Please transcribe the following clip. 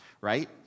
right